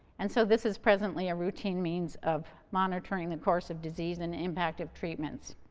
and so this is presently a routine means of monitoring the course of disease and impactive treatments.